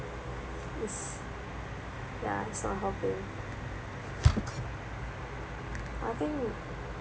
it's ya it's not helping I think